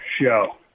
show